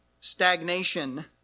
stagnation